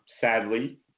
sadly